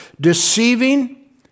deceiving